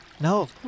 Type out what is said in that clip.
no